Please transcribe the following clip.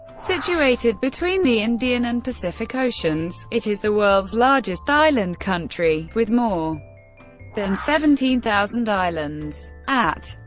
situated between the indian and pacific oceans, it is the world's largest island country, with more than seventeen thousand islands. at,